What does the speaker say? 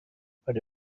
put